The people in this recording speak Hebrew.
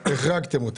החרגתם,